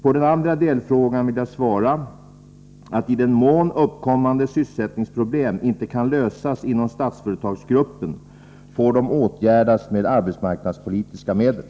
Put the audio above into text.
På den andra delfrågan vill jag svara, att i den mån uppkommande sysselsättningsproblem inte kan lösas inom Statsföretagsgruppen, får de åtgärdas med arbetsmarknadspolitiska medel.